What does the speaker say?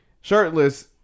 shirtless